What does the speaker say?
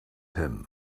him